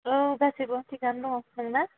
औ गासैबो थिगानो दङ नोंना